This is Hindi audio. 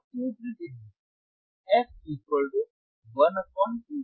अब सूत्र क्या है